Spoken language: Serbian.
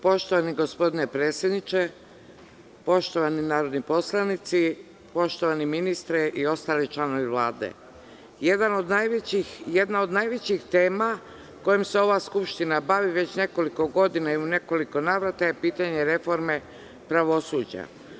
Poštovani gospodine predsedniče, poštovani narodni poslanici, poštovani ministre i ostali članovi Vlade, jedna od najvećih tema kojom se ova Skupština bavi već nekoliko godina, i u nekoliko navrata je pitanje reforme pravosuđa.